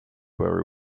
very